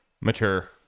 mature